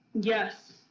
Yes